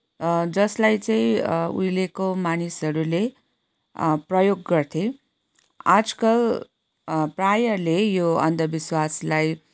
जसलाई चाहिँ उहिलेको मानिसहरूले प्रयोग गर्थे आजकल प्रायःले यो अन्धविश्वासलाई